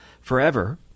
forever